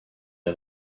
est